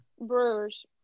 Brewers